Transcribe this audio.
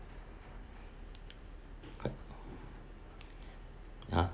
!huh!